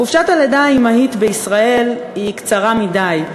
חופשת הלידה האימהית בישראל היא קצרה מדי,